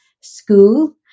school